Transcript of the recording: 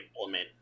implement